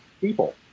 people